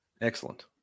Excellent